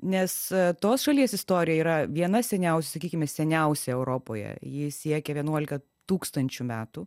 nes tos šalies istorija yra viena seniausių sakykime seniausia europoje ji siekia vienuolika tūkstančių metų